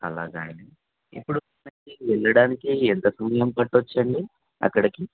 అలాగా అండి ఇప్పుడు మనకు వెళ్ళడానికి ఎంత సమయం పట్టవచ్చు అండి అక్కడికి